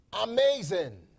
amazing